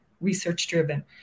research-driven